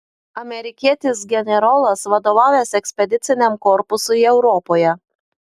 amerikietis generolas vadovavęs ekspediciniam korpusui europoje